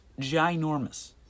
ginormous